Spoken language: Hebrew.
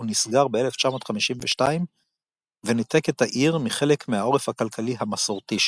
נסגר ב-1952 וניתק את העיר מחלק מהעורף הכלכלי המסורתי שלה.